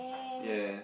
ya